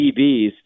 DBs